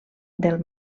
del